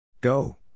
Go